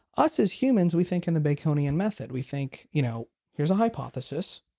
us, as humans, we think in the baconian method. we think you know here's a hypothesis.